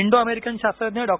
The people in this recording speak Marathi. इंडो अमेरिकन शास्त्रज्ञ डॉ